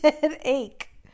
Headache